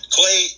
Clay